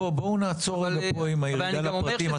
בואו נעצור רגע עם הירידה לפרטים.